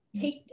take